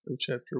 chapter